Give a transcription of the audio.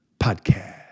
Podcast